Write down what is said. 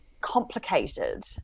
complicated